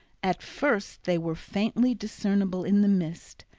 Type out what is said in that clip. at first they were faintly discernible in the mist,